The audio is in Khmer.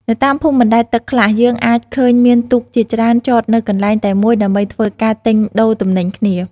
នៅតាមភូមិបណ្ដែតទឹកខ្លះ យើងអាចឃើញមានទូកជាច្រើនចតនៅកន្លែងតែមួយដើម្បីធ្វើការទិញដូរទំនិញគ្នា។